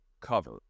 cover